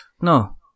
no